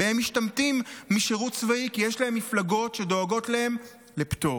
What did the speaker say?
והם משתמטים משירות צבאי כי יש להם מפלגות שדואגות להם לפטור.